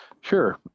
Sure